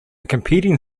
competing